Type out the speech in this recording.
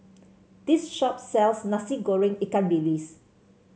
this shop sells Nasi Goreng Ikan Bilis